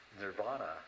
nirvana